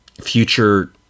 future